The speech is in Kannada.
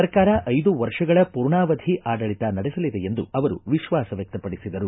ಸರ್ಕಾರ ಐದು ವರ್ಷಗಳ ಪೂರ್ಣಾವಧಿ ಆಡಳತ ನಡೆಸಲಿದೆ ಎಂದು ವಿಶ್ವಾಸ ವ್ಯಕ್ತಪಡಿಸಿದರು